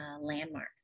landmark